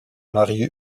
marie